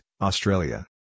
Australia